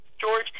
George